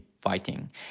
fighting